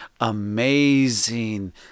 amazing